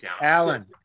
Alan